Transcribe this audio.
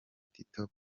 tito